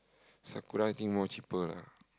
Sakura I think more cheaper lah